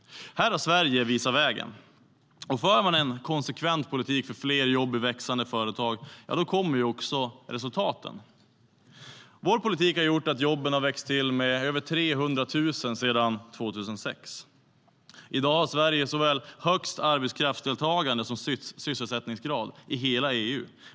Här har Sverige visat vägen. För man en konsekvent politik för fler jobb i växande företag kommer också resultaten. Vår politik har gjort att jobben har växt till med över 300 000 sedan 2006. I dag har Sverige såväl högst arbetskraftsdeltagande som sysselsättningsgrad i hela EU.